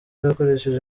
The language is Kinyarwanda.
ukoresheje